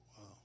Wow